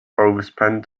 overspent